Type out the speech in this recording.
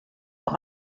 auch